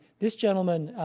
this gentleman,